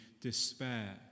despair